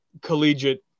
collegiate